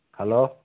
hello